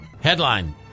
Headline